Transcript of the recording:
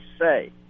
say